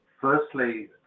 Firstly